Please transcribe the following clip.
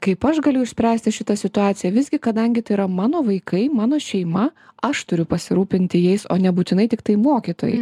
kaip aš galiu išspręsti šitą situaciją visgi kadangi tai yra mano vaikai mano šeima aš turiu pasirūpinti jais o nebūtinai tiktai mokytojai